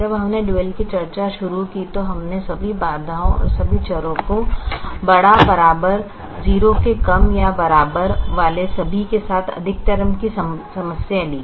जब हमने डुअल की चर्चा शुरू की तो हमने सभी बाधाओं औ सभी चरों को ≥ 0 के कम या बराबर वाले सभी के साथ अधिकतमकरण की समस्या ली